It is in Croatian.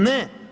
Ne.